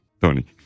Tony